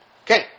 Okay